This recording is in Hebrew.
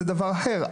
זה דבר אחר,